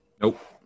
Nope